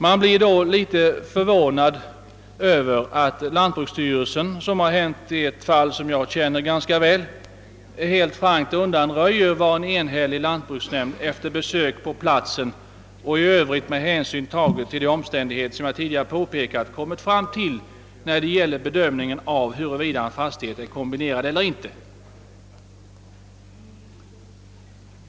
Man blir därför något förvånad över att lantbruksstyrelsen — vilket har hänt i ett fall som jag känner ganska väl till — helt frankt undanröjer det beslut som en enhällig lantbruksnämnd efter besök på platsen och i övrigt med hänsyn tagen till de omständigheter, som jag tidigare redovisat, kommit fram till vid sin bedömning av huruvida fastigheten i fråga skall vara kombinerad eller inte.